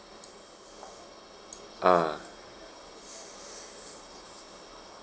ah